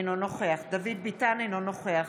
אינו נוכח